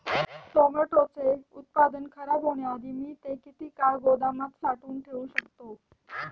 टोमॅटोचे उत्पादन खराब होण्याआधी मी ते किती काळ गोदामात साठवून ठेऊ शकतो?